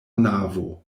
navo